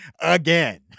again